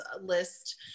list